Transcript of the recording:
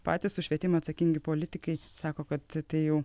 patys už švietimą atsakingi politikai sako kad tai jau